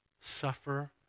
suffer